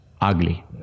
ugly